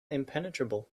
impenetrable